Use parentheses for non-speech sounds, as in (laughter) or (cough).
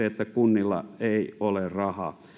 (unintelligible) että kunnilla ei ole rahaa